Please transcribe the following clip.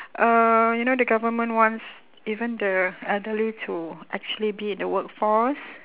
uh you know the government wants even the elderly to actually be in the workforce